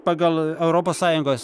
pagal europos sąjungos